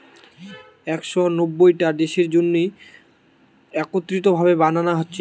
একশ নব্বইটা দেশের জন্যে একত্রিত ভাবে বানানা হচ্ছে